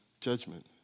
judgment